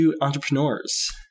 entrepreneurs